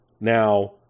Now